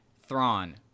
Thrawn